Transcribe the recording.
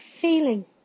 feeling